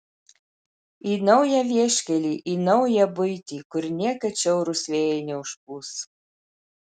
į naują vieškelį į naują buitį kur niekad šiaurūs vėjai neužpūs